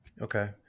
okay